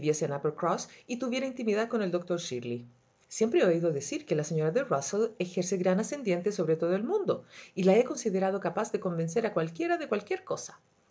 y tuviera intimidad con el doctor shirley siempre he oído decir que la señora de rusell ejerce gran ascendiente sobre todo el mundo y la he considerado capaz de convencer a cualquiera de cualquier cosa